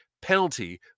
penalty